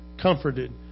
comforted